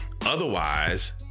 Otherwise